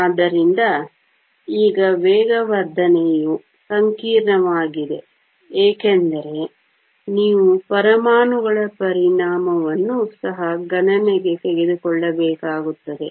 ಆದ್ದರಿಂದ ಈಗ ವೇಗವರ್ಧನೆಯು ಸಂಕೀರ್ಣವಾಗಿದೆ ಏಕೆಂದರೆ ನೀವು ಪರಮಾಣುಗಳ ಪರಿಣಾಮವನ್ನು ಸಹ ಗಣನೆಗೆ ತೆಗೆದುಕೊಳ್ಳಬೇಕಾಗುತ್ತದೆ